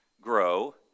grow